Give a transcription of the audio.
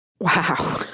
Wow